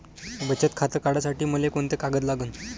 बचत खातं काढासाठी मले कोंते कागद लागन?